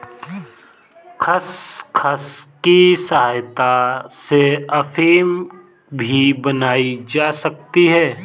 खसखस की सहायता से अफीम भी बनाई जा सकती है